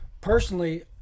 Personally